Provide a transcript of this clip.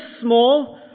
small